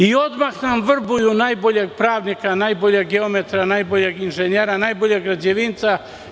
I odmah nam vrbuju najboljeg pravnika, najboljeg geometra, najboljeg inženjera, najboljeg građevinca.